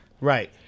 Right